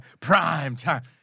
primetime